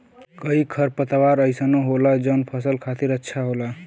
कई खरपतवार अइसनो होला जौन फसल खातिर अच्छा होला